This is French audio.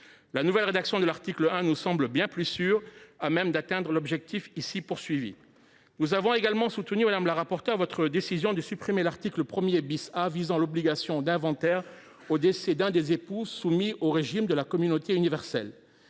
La nouvelle rédaction de l’article 1 nous semble bien plus à même d’atteindre l’objectif. Nous avons également soutenu, madame la rapporteure, votre décision de supprimer l’article 1 A, visant à l’obligation d’inventaire au décès d’un des époux soumis au régime de la communauté universelle.